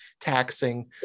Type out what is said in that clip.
taxing